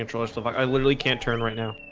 intro stuff like i literally can't turn right now.